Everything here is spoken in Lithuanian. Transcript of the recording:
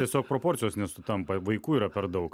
tiesiog proporcijos nesutampa vaikų yra per daug